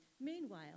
meanwhile